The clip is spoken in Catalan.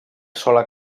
sola